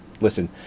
listen